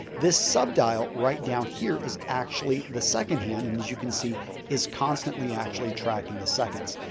this sub-dial right down here is actually the second hand and as you can see is constantly actually tracking the seconds.